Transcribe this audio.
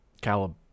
Calib